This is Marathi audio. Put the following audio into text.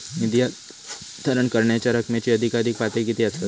निधी हस्तांतरण करण्यांच्या रकमेची अधिकाधिक पातळी किती असात?